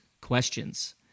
questions